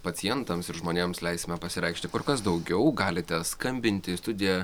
pacientams ir žmonėms leisime pasireikšti kur kas daugiau galite skambinti į studiją